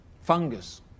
Fungus